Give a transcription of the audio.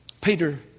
Peter